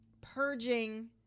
purging